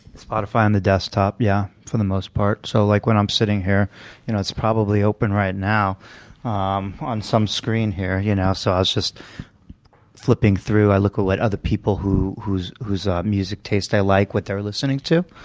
spotify on the desktop, yeah. for the most part. so like when i'm sitting here you know it's probably open right now um on some screen here. you know so i was just flipping through. i look at ah what other people whose whose ah music taste i like what they're listening to.